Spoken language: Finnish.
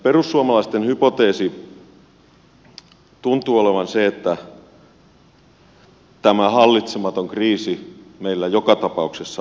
perussuomalaisten hypoteesi tuntuu olevan se että tämä hallitsematon kriisi meillä joka tapauksessa on edessä